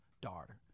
daughter